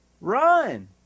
run